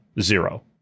Zero